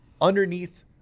underneath